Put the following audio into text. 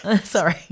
Sorry